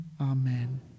Amen